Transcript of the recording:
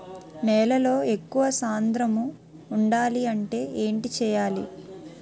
నేలలో ఎక్కువ సాంద్రము వుండాలి అంటే ఏంటి చేయాలి?